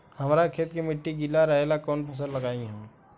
हमरा खेत के मिट्टी गीला रहेला कवन फसल लगाई हम?